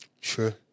Sure